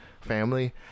family